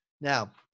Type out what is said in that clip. Now